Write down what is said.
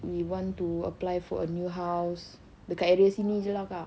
we want to apply for a new house dekat area sini jer lah kak